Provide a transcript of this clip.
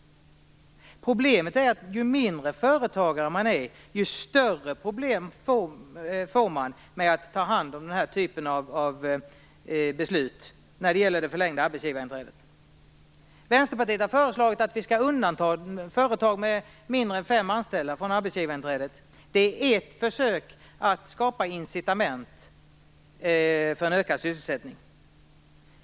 Problemet är att ju mindre företagare man är, ju större problem får man med att ta hand om den här typen av beslut som gäller det förlängda arbetsgivarinträdet. Vänsterpartiet har föreslagit att vi skall undanta företag med mindre än fem anställda från arbetsgivarinträdet. Det är ett försök att skapa incitament för en ökad sysselsättning.